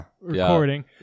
recording